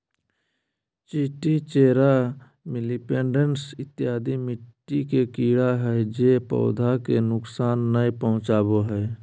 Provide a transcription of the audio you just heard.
चींटी, चेरा, मिलिपैड्स इत्यादि मिट्टी के कीड़ा हय जे पौधा के नुकसान नय पहुंचाबो हय